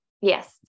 Yes